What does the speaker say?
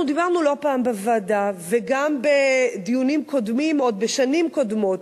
אנחנו דיברנו לא פעם בוועדה וגם בדיונים קודמים עוד בשנים קודמות,